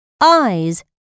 eyes